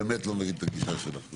אני באמת לא מבין את הגישה שלך.